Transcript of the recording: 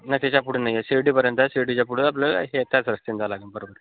नाही त्याच्यापुढे नाही आहे शिर्डीपर्यंत आहे शिर्डीच्या पुढं आपल्याला ह्याच्याच रस्त्यानं जावं लागेल बरोबर